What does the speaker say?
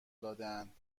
دادهاند